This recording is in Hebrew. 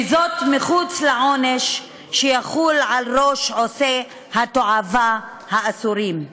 וזאת מחוץ לעונש שיחול על ראש עושי התועבה האסורים".